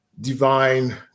divine